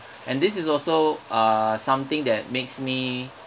and this is also uh something that makes me